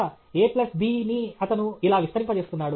a plus b ని అతను ఇలా విస్తరిమ్పజేస్తున్నాడు